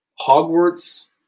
Hogwarts